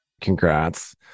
Congrats